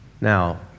Now